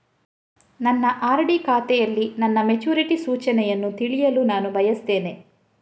ನನ್ನ ಆರ್.ಡಿ ಖಾತೆಯಲ್ಲಿ ನನ್ನ ಮೆಚುರಿಟಿ ಸೂಚನೆಯನ್ನು ತಿಳಿಯಲು ನಾನು ಬಯಸ್ತೆನೆ